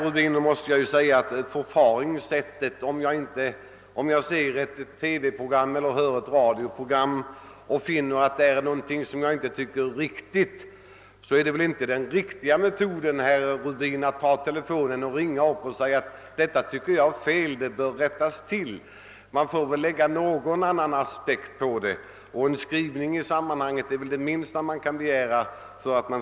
Om jag ser ett TV-program eller lyssnar till ett radioprogram och finner att någonting däri inte är riktigt, så är väl, herr Rubin, det bästa förfaringssättet inte att ringa och säga, att jag tycker att detta är fel och bör rättas till. En skrivelse i ärendet är väl det minsta man kan begära.